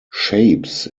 shapes